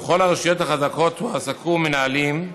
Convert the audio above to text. בכל הרשויות החזקות הועסקו מנהלים,